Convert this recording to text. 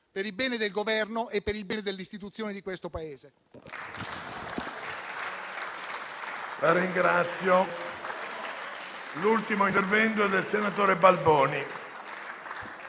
per il bene del Governo e per il bene delle istituzioni di questo Paese.